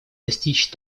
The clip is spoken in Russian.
достичь